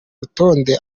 rutonde